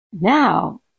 Now